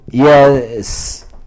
Yes